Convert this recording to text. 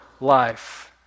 life